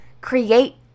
create